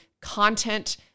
content